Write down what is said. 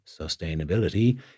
sustainability